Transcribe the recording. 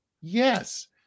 yes